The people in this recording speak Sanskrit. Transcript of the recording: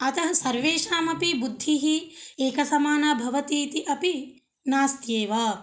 अतः सर्वेषामपि बुद्धिः एकसमाना भवतीति अपि नास्त्येव